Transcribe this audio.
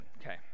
Okay